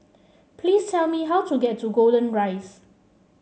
please tell me how to get to Golden Rise